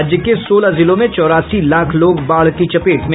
राज्य के सोलह जिलों में चौरासी लाख लोग बाढ़ की चपेट में